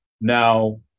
Now